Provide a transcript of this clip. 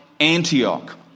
Antioch